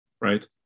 right